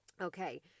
Okay